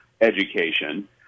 education